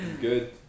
good